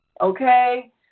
okay